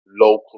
local